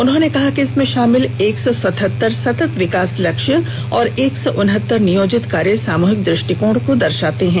उन्होंने कहा कि इसमें शामिल एक सौ सतहत्तर सतत विकास लक्ष्य और एक सौ उनहत्तर नियोजित कार्य सामूहिक दृष्टिकोण को दर्शाते हैं